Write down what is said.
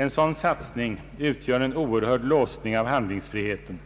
En sådan satsning utgör en oerhörd låsning av handlingsfriheten.